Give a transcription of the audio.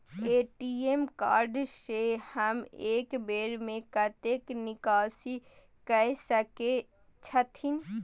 ATM card से हम एक बेर में कतेक निकासी कय सके छथिन?